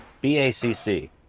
B-A-C-C